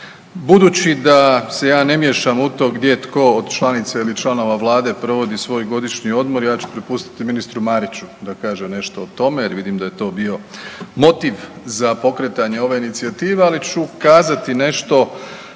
Budući da se ja ne miješam u to gdje tko od članica ili članova Vlade provodi svoj godišnji odmor, ja ću prepustiti ministru Mariću da kaže nešto o tome jer vidim da je to bio motiv za pokretanje ove inicijative. Ali ću kazati nešto